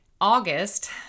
August